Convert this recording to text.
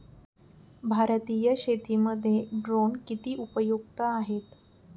भारतीय शेतीमध्ये ड्रोन किती उपयुक्त आहेत?